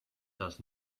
does